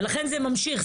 ולכן זה ממשיך,